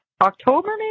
October